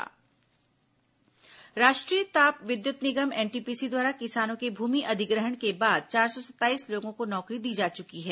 NTPC राष्ट्रीय ताप विद्युत निगम एनटीपीसी द्वारा किसानों के भूमि अधिग्रहण के बाद चार सौ सत्ताईस लोगों को नौकरी दी जा चुकी है